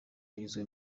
yagizwe